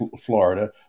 Florida